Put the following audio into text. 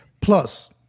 plus